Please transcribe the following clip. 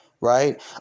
Right